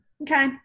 Okay